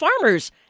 farmers